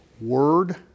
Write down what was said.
word